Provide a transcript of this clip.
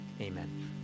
Amen